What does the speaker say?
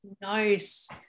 Nice